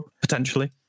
potentially